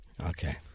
Okay